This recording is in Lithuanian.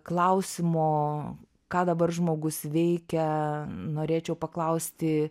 klausimo ką dabar žmogus veikia norėčiau paklausti